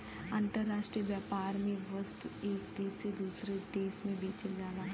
अंतराष्ट्रीय व्यापार में वस्तु एक देश से दूसरे देश में बेचल जाला